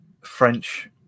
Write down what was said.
French